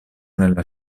nella